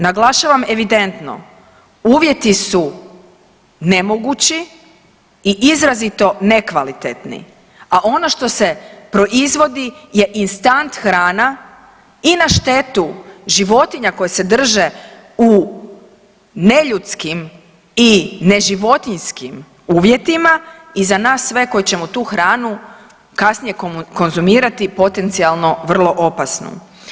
Naglašavam evidentno uvjeti su nemogući i izrazito nekvalitetni, a ono što se proizvodi je instant hrana i na štetu životinja koje se drže u neljudskim i ne životinjskim uvjetima i za nas sve koji ćemo tu hranu kasnije konzumirati potencionalno vrlo opasnom.